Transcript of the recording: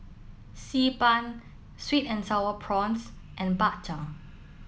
Xi Ban Sweet and Sour Prawns and Bak Chang